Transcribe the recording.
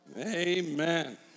Amen